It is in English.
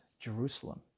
Jerusalem